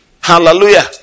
Hallelujah